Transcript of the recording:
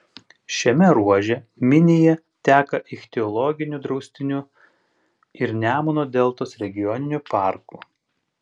šiame ruože minija teka ichtiologiniu draustiniu ir nemuno deltos regioniniu parku